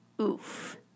Oof